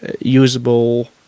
usable